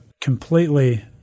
completely